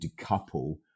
decouple